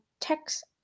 text